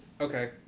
okay